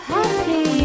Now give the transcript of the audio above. Happy